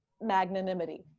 magnanimity